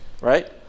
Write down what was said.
right